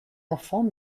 enfant